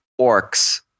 orcs